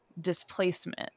displacement